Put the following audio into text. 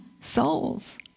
souls